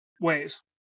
ways